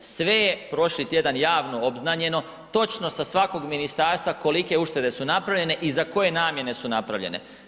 Sve je prošli tjedan javno obznanjeno, točno sa svakog ministarstva kolike uštede su napravljene i za koje namijene su napravljene.